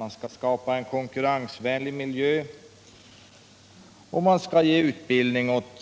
Man skall skapa en ”konkurrensvänlig miljö” och ”ge utbildning” åt